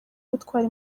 gutwara